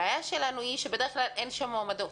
הבעיה שלנו היא שבדרך כלל אין שם מועמדות.